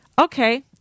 Okay